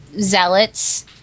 zealots